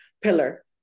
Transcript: pillar